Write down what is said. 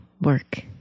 work